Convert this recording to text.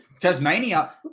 Tasmania